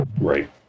right